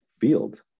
field